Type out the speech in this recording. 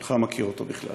אתה אינך מכיר אותו בכלל.